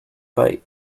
bite